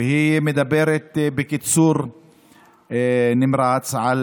והיא מדברת בקיצור נמרץ על